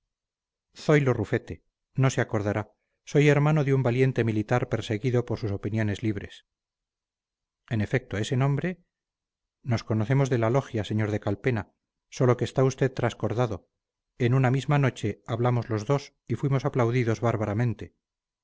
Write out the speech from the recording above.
recuerdo zoilo rufete no se acordará soy hermano de un valiente militar perseguido por sus opinioneslibres en efecto ese nombre nos conocemos de la logia sr de calpena sólo que está usted trascordado en una misma noche hablamos los dos y fuimos aplaudidos